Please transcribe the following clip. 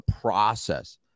process